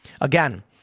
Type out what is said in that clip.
Again